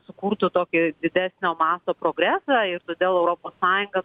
sukurtų tokį didesnio masto progresą ir todėl europos sąjunga